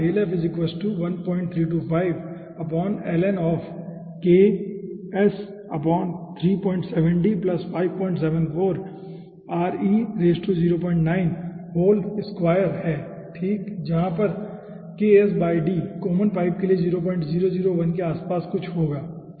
यहाँ Ks d common pipe के लिए 0001 के आसपास कुछ होगा